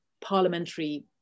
parliamentary